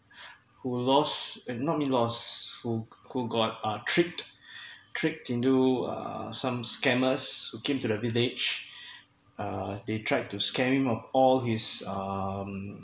who lost uh not mean lost who got uh tricked tricked into uh some scammers who came to the village uh they tried to scare him off all his um